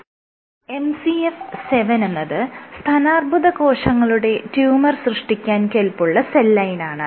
MCF 7 എന്നത് സ്തനാർബുദ കോശങ്ങളുടെ ട്യൂമർ സൃഷ്ടിക്കാൻ കെല്പുള്ള സെൽ ലൈനാണ്